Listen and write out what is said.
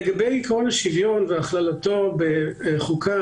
לגבי עקרון השוויון והחלתו בחוקה,